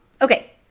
Okay